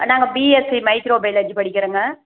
நாங்கள் BSc micro biology படிக்கிறேங்க